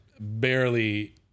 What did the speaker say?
barely